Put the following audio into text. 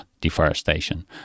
deforestation